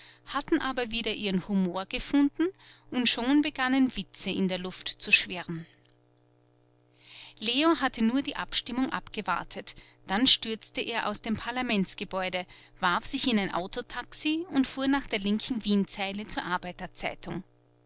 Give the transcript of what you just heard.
hatten aber wieder ihren humor gefunden und schon begannen witze in der luft zu schwirren leo hatte nur die abstimmung abgewartet dann stürzte er aus dem parlamentsgebäude warf sich in ein autotaxi und fuhr nach der linken wienzeile zur